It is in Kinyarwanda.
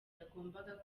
yagombaga